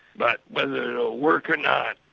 but whether it'll work or not,